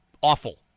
awful